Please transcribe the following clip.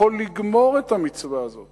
יכול לגמור את המצווה הזאת